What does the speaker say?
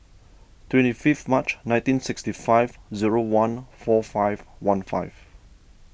twenty fifth March nineteen sixty five zero one four five one five